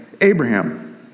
Abraham